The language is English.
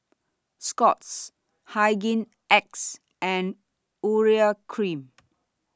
Scott's Hygin X and Urea Cream